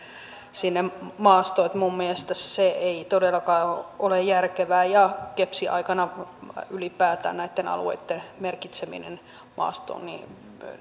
sinne maastoon minun mielestäni se ei todellakaan ole järkevää ja gepsin aikana ylipäätään näitten alueitten merkitseminen maastoon